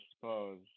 suppose